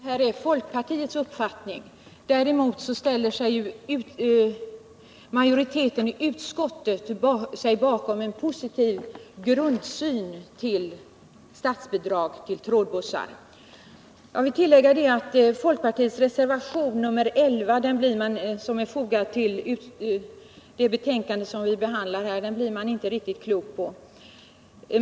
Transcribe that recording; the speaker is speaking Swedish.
Herr talman! Jag vill betona att detta som Rolf Sellgren framför är folkpartiets uppfattning. Däremot ställer sig utskottets majoritet bakom en positiv grundsyn på statsbidrag till trådbussar. Folkpartiets reservation 11, som är fogad till det betänkande som vi nu behandlar, blir jag inte riktigt klok på.